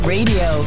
Radio